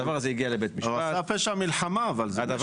הדבר הזה הגיע לבית משפט ובית